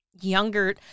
younger